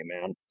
man